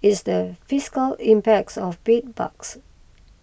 it's the fiscal impacts of bed bugs